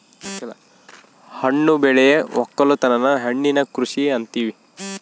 ಹಣ್ಣು ಬೆಳೆ ವಕ್ಕಲುತನನ ಹಣ್ಣಿನ ಕೃಷಿ ಅಂತಿವಿ